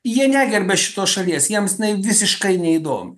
jie negerbia šitos šalies jiems jinai visiškai neįdomi